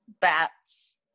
bats